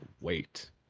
wait